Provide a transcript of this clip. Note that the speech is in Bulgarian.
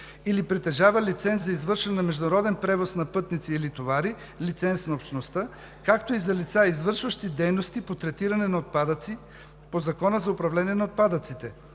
или притежава лиценз за извършване на международен превоз на пътници или товари – лиценз на Общността, както и за лица, извършващи дейности по третиране на отпадъци по Закона за управление на отпадъците;